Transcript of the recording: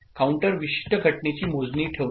counter विशिष्ट घटनेची मोजणी ठेवते